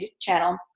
channel